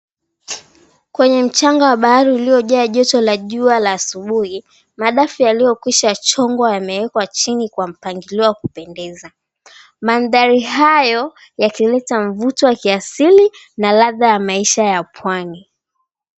Kwenye mchanga wa bahari uliojaa joto la jua la asubuhi. Madafu yaliyokwisha chongwa yamewekwa chini kwa mpangilio wa kupendeza. Mandhari hayo yakileta mvuto wa kiasili na ladha ya maisha ya pwani.